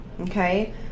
Okay